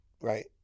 right